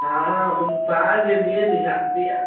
हा हा भाउ जे धीअ जी शादी आहे